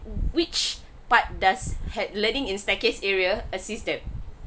which part does had learning in staircase area assist them